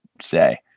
say